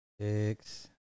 six